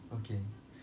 okay